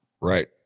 right